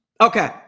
Okay